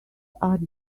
are